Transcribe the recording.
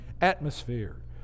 atmosphere